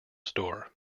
store